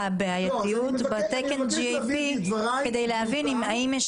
הבעייתיות בתקן GAP כדי להבין האם יש